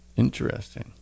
Interesting